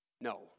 No